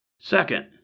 Second